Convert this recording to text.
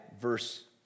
verse